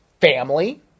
Family